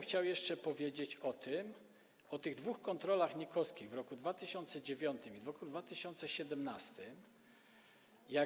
Chciałbym jeszcze powiedzieć o tych dwóch kontrolach NIK-owskich, w roku 2009 i w roku 2017.